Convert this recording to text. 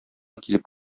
килеп